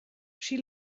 she